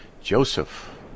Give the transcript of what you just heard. Joseph